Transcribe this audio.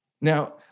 Now